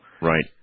right